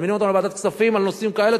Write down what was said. מזמינים אותנו לוועדת כספים על נושאים כאלה,